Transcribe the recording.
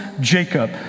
Jacob